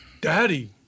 Daddy